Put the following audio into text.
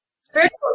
spiritual